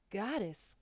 goddess